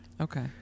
Okay